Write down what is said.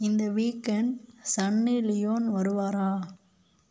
இந்த weekend Sunny Leone வருவாரா